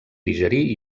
digerir